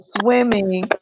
swimming